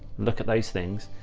look at those things.